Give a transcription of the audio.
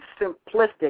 simplistic